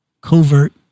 covert